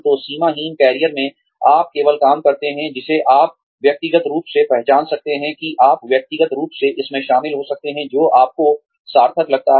तो सीमाहीन करियर में आप केवल काम करते हैं जिसे आप व्यक्तिगत रूप से पहचान सकते हैं कि आप व्यक्तिगत रूप से इसमें शामिल हो सकते हैं जो आपको सार्थक लगता है